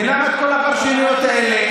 ולמה כל הפרשנויות האלה?